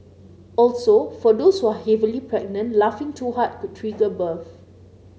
also for those who are heavily pregnant laughing too hard could trigger birth